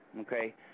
okay